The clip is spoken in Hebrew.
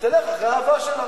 שתלך אחרי האהבה שלה.